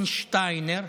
רוטנשטיינר,